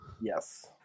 Yes